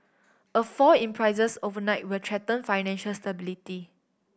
a fall in prices overnight will threaten financial stability